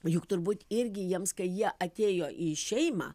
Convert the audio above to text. juk turbūt irgi jiems kai jie atėjo į šeimą